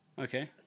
Okay